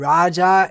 Raja